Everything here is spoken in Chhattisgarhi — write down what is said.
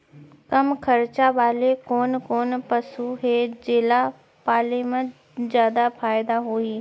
कम खरचा वाले कोन कोन पसु हे जेला पाले म जादा फायदा होही?